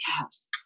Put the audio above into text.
Yes